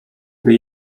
gdy